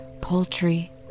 poultry